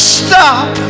stop